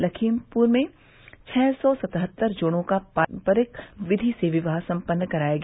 लखीमपुर में छह सौ सतहत्तर जोड़ों का पारम्परिक विधि से विवाह सम्पन्न कराया गया